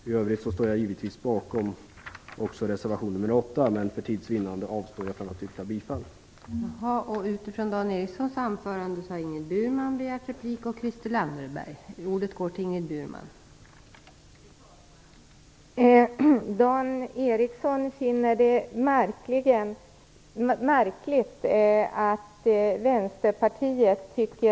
I övrigt står jag givetvis bakom även reservation 8 men för tids vinnande avstår jag från att yrka bifall till den.